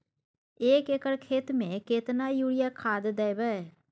एक एकर खेत मे केतना यूरिया खाद दैबे?